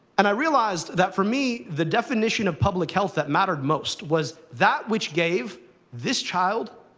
and i realized that, for me, the definition of public health that mattered most was, that which gave this child